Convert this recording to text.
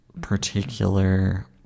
particular